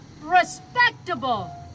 respectable